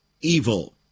evil